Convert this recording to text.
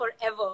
forever